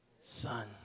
Son